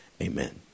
Amen